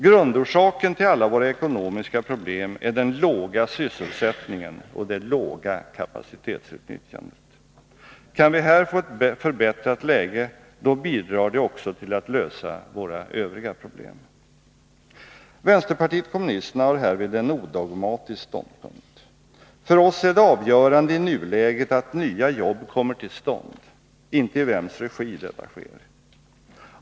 Grundorsaken till alla våra ekonomiska problem är den låga sysselsättningen och det låga kapacitetsutnyttjandet. Kan vi här få ett förbättrat läge, då bidrar det också till att lösa våra övriga problem. Vänsterpartiet kommunisterna har härvid en odogmatisk ståndpunkt. För oss är det avgörande i nuläget att nya jobb kommer till stånd, inte i vems regi detta sker.